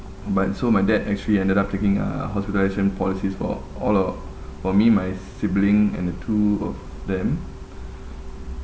but so my dad actually ended up taking uh hospitalisation policies for all loh for me my sibling and the two of them